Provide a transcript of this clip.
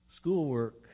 schoolwork